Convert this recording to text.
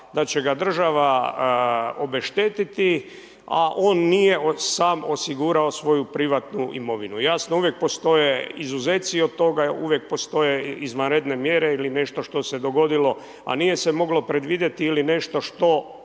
da će ga država obeštetiti a on nije sam osigurao svoju privatnu imovinu. Jasno uvijek postoje izuzeci od toga, uvijek postoje izvanredne mjere ili nešto što se dogodilo a nije se moglo predvidjeti ili nešto što